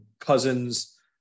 Cousins